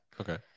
okay